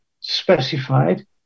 specified